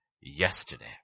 yesterday